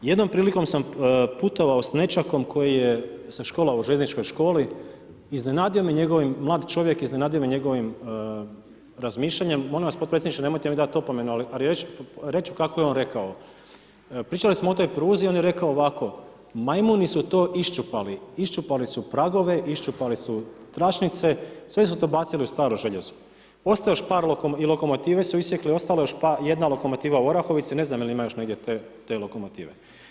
Jednom prilikom sam putovao s nećakom s kojim sam se školovao u željezničkoj školi, mlad čovjek, iznenadio me njegovim razmišljanjem, molim vas potpredsjedniče nemojte mi dati opomenu, ali reći ću kako je on rekao, pričali smo o toj pruzi on je rekao ovako „Majmuni su to iščupali, iščupali su pragove, iščupali su tračnice, sve su to bacili u staro željezo, ostalo je još par, i lokomotive su isjekli, ostalo je još jedna lokomotiva u Orahovici, ne znam, jel ima još negdje te lokomotive.